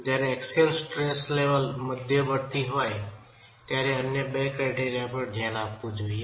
જ્યારે axial stress level મધ્યવર્તી હોય ત્યારે અન્ય બે ક્રાયટેરિયા પર ધ્યાન આપવું જોઈએ